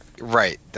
Right